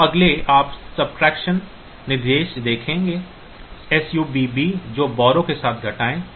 तो अगले आप सबस्ट्रक्शन निर्देश देखें SUBB को बारौ के साथ घटाएं